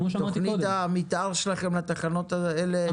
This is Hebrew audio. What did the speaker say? כמו שאמרתי קודם --- תוכנית המתאר שלכם לתחנות האלה,